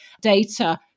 data